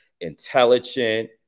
intelligent